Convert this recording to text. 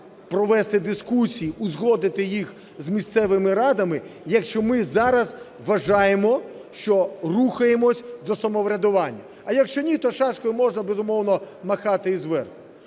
провести дискусії, узгодити їх з місцевими радами, якщо ми зараз вважаємо, що рухаємося до самоврядування. А якщо ні, то шашкою можна, безумовно, махати і зверху.